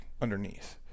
underneath